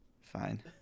Fine